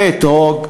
ואתרוג,